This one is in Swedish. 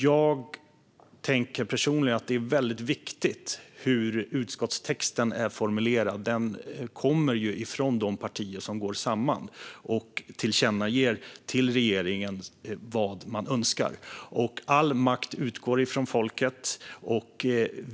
Jag personligen tänker att det är viktigt hur utskottstexten är formulerad. Den kommer ju från de partier som går samman och tillkännager för regeringen vad man önskar. All makt utgår från folket.